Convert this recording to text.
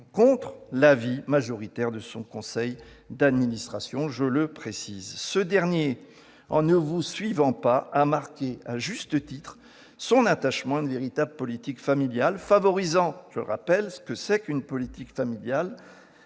contre l'avis majoritaire de son conseil d'administration. Ce dernier, en ne vous suivant pas, a marqué à juste titre son attachement à une véritable politique familiale favorisant- je rappelle ce qu'est une politique familiale